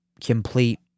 complete